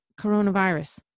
coronavirus